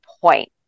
point